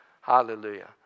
Hallelujah